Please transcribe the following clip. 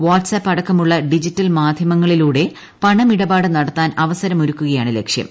WhatsApp അടക്കമുള്ള digital മാധ്യമങ്ങളിലൂടെ പണമിടപാട് നടത്താൻ അവസരമൊരുക്കുകയാണ് ലക്ഷ്യം